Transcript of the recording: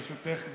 ברשותך,